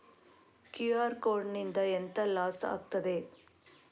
QR code ನಿಂದ ಎಂತ loss ಆಗ್ತದೆ?